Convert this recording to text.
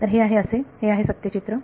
तर हे आहे असे हे आहे सत्य चित्र